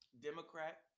Democrat